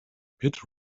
pit